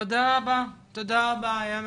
תודה רבה, היה מרתק.